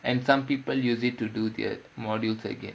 and some people use it to do their modules again